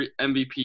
MVP